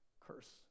curse